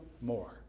more